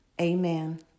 Amen